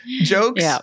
jokes